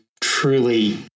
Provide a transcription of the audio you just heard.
truly